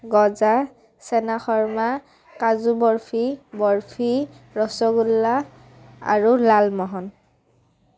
গজা চানা খুৰ্মা কাজু বৰফি বৰফি ৰসগোল্লা আৰু লালমোহন